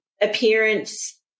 appearance